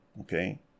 Okay